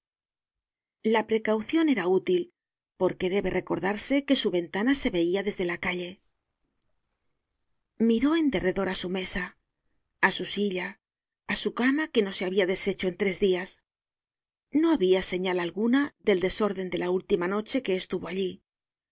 la precaucion era útil porque debe recordarse que su ventana se veia desde la calle miró en derredor á su mesa á su silla á su cama que no se habia deshecho en tres dias no habia señal alguna del desorden de la última noche que estuvo allí